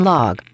Log